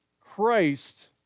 Christ